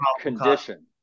condition